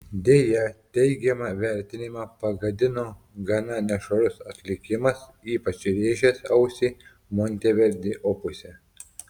deja teigiamą vertinimą pagadino gana nešvarus atlikimas ypač rėžęs ausį monteverdi opuse